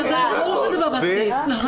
ברור שזה בבסיס.